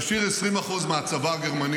אחרי שהן פלשו לנורמנדי,